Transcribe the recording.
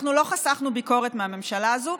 אנחנו לא חסכנו ביקורת מהממשלה הזאת,